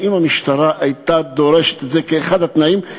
שאם המשטרה הייתה דורשת את זה כאחד התנאים,